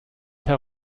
herr